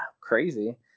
crazy